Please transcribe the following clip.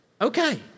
Okay